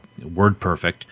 WordPerfect